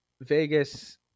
Vegas